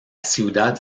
ciudad